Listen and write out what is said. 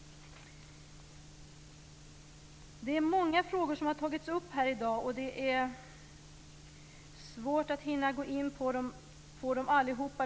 Det är många frågor som tagits upp här i dag, och det är svårt att hinna gå in på dem alla.